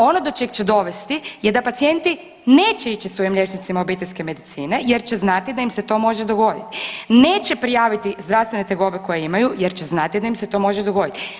Ono do čeg će dovesti da pacijenti neće ići svojim liječnicima obiteljske medicine jer će znati da im se to može dogoditi, neće prijaviti zdravstvene tegobe koje imaju jer će znati da im se to može dogoditi.